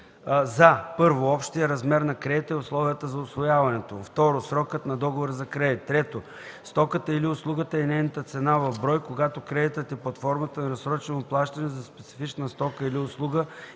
за: 1. общия размер на кредита и условията за усвояването му; 2. срока на договора за кредит; 3. стоката или услугата и нейната цена в брой – когато кредитът е под формата на разсрочено плащане за специфична стока или услуга